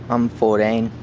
i'm fourteen.